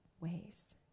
ways